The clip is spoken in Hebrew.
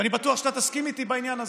ואני בטוח שאתה תסכים איתי בעניין הזה.